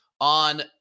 on